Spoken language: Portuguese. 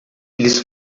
eles